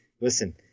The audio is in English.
listen